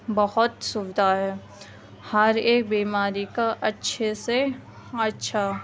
بہت سویدھا ہے ہر ایک بیماری کا اچھے سے اچھا